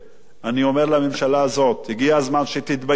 אני אומר לממשלה הזאת: הגיע הזמן שתתביישו לכם,